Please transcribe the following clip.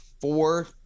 four